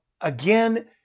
again